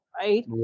right